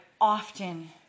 often